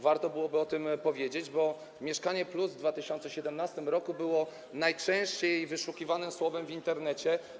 Warto byłoby o tym powiedzieć, bo „Mieszkanie+” w 2017 r. było najczęściej wyszukiwanym słowem w Internecie.